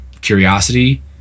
curiosity